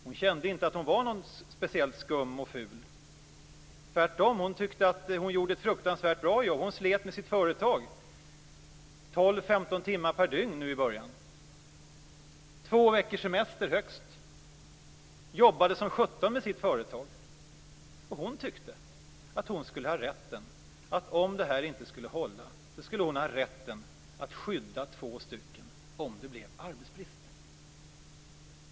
Hon kände inte att hon var speciellt skum och ful. Hon tyckte tvärtom att hon gjorde ett fruktansvärt bra jobb. Hon slet med sitt företag 12-15 timmar per dygn nu i början och kunde ta ut högst två veckors semester. Hon jobbade som sjutton med sitt företag. Om det här inte skulle hålla tyckte hon att hon skulle ha rätten att skydda två anställda om det blev arbetsbrist.